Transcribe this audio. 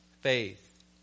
faith